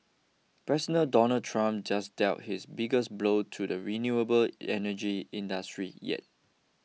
President Donald Trump just dealt his biggest blow to the renewable energy industry yet